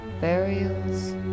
burials